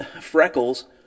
Freckles